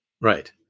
Right